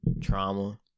Trauma